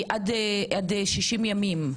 היא עד 60 ימים.